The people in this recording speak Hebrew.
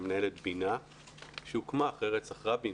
אני מנהל את בינ"ה שהוקמה אחרי רצח רבין,